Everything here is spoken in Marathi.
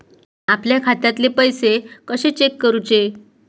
आपल्या खात्यातले पैसे कशे चेक करुचे?